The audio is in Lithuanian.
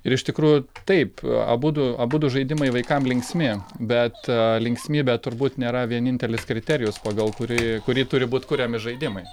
ir iš tikrųjų taip abudu abudu žaidimai vaikam linksmi bet linksmybė turbūt nėra vienintelis kriterijus pagal kurį kurį turi būt kuriami žaidimai